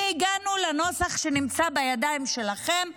והגענו לנוסח שנמצא בידיים שלכם.